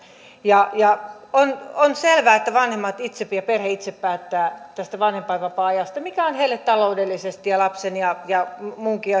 on on selvää että vanhemmat itse ja perhe itse päättävät tästä vanhempainvapaa ajasta sitä ajatellen mikä on heille taloudellisesti ja lapsen ja ja muidenkin